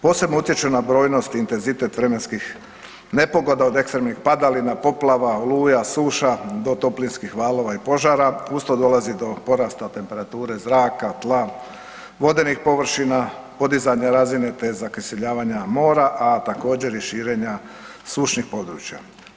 Posebno utječu na brojnost i intenzitet vremenskih nepogoda od ekstremnih padalina, poplava, oluja, suša do toplinskog valova i požara, uz to dolazi do porasta temperature zraka, tla, vodenih površina, podizanja razine te ... mora također i širenja sušnih područja.